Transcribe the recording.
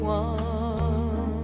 one